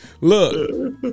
Look